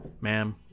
ma'am